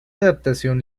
adaptación